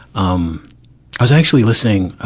um i was actually listening,